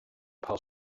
paar